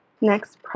Next